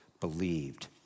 believed